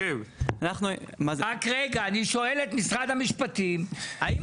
אני שואל את משרד המשפטים, האם